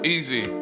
Easy